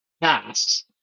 tasks